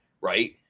Right